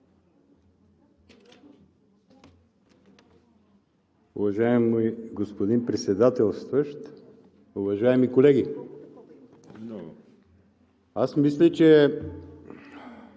Уважаеми господин Председателстващ, уважаеми колеги! Аз мисля, че